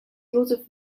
josef